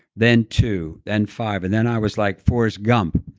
then two, then five and then i was like forrest gump,